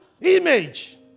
image